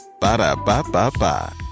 Ba-da-ba-ba-ba